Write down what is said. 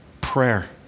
Prayer